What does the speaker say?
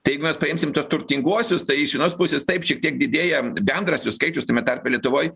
tai jeigu mes paimsim tuos turtinguosius tai iš vienos pusės taip šiek tiek didėja bendras jų skaičius tame tarpe lietuvoj